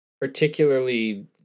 particularly